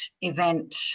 event